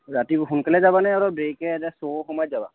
ৰাতি সোনকালে যাবানে আৰু দেৰিকৈ শ্ৱ' সময়ত যাবা